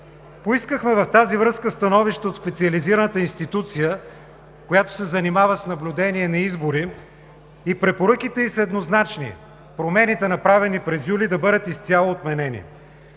Поискахме в тази връзка становище от специализираната институция, която се занимава с наблюдение на избори, и препоръките ѝ са еднозначни: промените, направени през юли, да бъдат изцяло отменени.